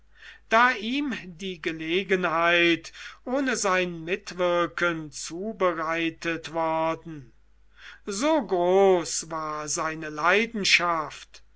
da ihm die gelegenheit ohne sein mitwirken zubereitet worden so groß war seine leidenschaft